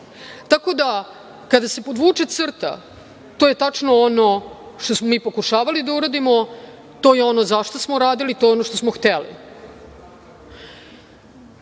Tako da kada se podvuče crta, to je ono što smo mi pokušavali da uradimo, to je ono za šta smo radili, to je ono što smo hteli. Da